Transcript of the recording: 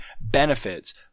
benefits